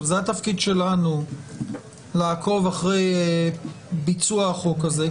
התפקיד שלנו לעקוב אחרי ביצוע החוק הזה.